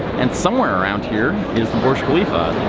and somewhere around here is the burj khalifa.